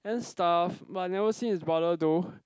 and stuff but I've never seen his brother though